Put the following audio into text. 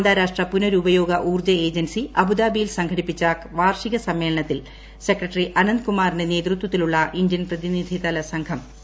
അന്താരാഷ്ട്ര പുനരുപയോഗ ഊർജ്ജ ഏജൻസി അബ്മുദ്ദാങ്ഖിയിൽ സംഘടിപ്പിച്ച വാർഷിക സമ്മേളനത്തിൽ സെക്രട്ടറീ അനന്ദ് കുമാറിന്റെ നേതൃത്വത്തിലുള്ള ഇന്ത്യൻ പ്രതിനിധിതല സംഘം പങ്കെടുത്തു